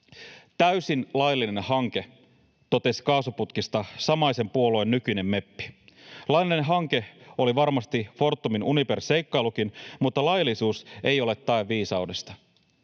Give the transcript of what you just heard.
Täysin laillinen hanke, totesi kaasuputkista samaisen puolueen nykyinen meppi. Laillinen hanke oli varmasti Fortumin Uniper-seikkailukin, mutta laillisuus ei ole tae viisaudesta.